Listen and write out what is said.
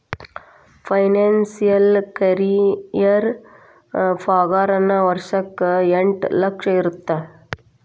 financial career ಪಾಗಾರನ ವರ್ಷಕ್ಕ ಎಂಟ್ ಲಕ್ಷ ಇರತ್ತ